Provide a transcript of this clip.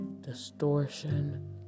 Distortion